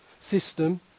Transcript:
system